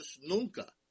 nunca